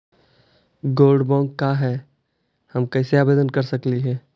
Gold bond का है, हम कैसे आवेदन कर सकली ही?